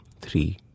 three